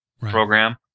program